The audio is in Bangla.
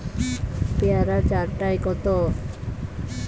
পেয়ারা চার টায় কত?